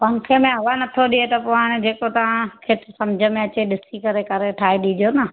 पंखे में हवा नथो ॾिए त पोइ हाणे जेको तव्हां चैक सम्झ में अचे ॾिसी करे ठाहे ॾीजो न